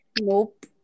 Nope